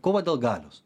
kova dėl galios